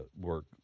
work